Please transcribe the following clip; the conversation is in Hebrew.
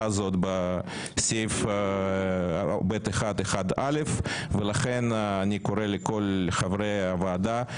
הזאת בסעיף (ב1)(1)(א) ולכן אני קורא לכל חברי הוועדה,